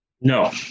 No